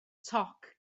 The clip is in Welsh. toc